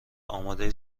آماده